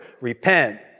repent